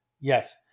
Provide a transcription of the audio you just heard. yes